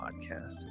podcast